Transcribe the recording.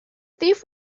thief